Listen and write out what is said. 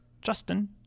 Justin